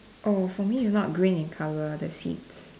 oh for me it's not green in colour the seats